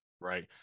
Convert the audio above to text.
right